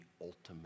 ultimate